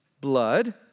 blood